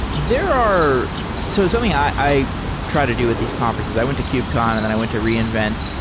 there are so something i i try to do with these conferences. i went to kubcon and i went to reinvent,